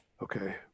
Okay